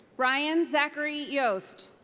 ryan zachary yost.